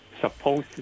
supposed